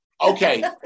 Okay